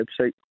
website